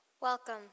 Welcome